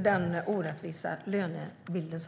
den orättvisa lönebilden.